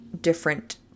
different